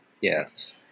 Yes